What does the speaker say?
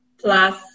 plus